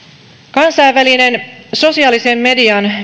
kansainvälinen sosiaalisen median